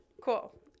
Cool